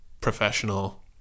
professional